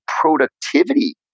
productivity